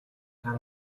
гар